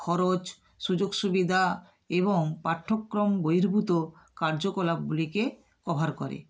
খরচ সুযোগ সুবিধা এবং পাঠ্যক্রম বহির্ভূত কার্যকলাপগুলিকে কভার করে